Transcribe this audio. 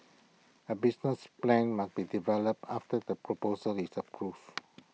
A business plan must be developed after the proposal is approved